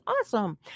awesome